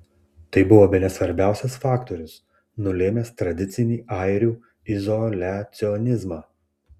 tai buvo bene svarbiausias faktorius nulėmęs tradicinį airių izoliacionizmą